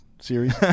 series